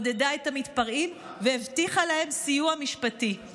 עודדה את המתפרעים והבטיחה להם סיוע משפטי.